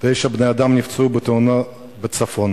תשעה בני-אדם נפצעו בתאונה בצפון,